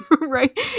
right